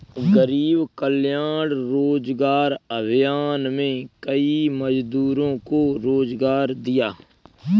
गरीब कल्याण रोजगार अभियान में कई मजदूरों को रोजगार दिया